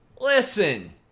Listen